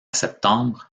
septembre